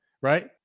right